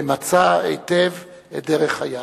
ממצה היטב את דרך חייו: